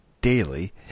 daily